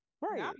right